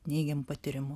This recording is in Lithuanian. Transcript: neigiamu patyrimu